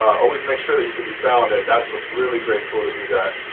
always make sure that you could be found. and that's a really great tool to do that.